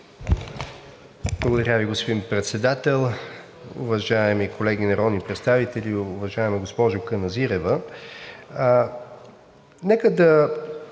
Благодаря Ви, господин Председател. Уважаеми колеги народни представители! Уважаема госпожо Каназирева, нека да